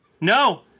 No